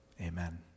amen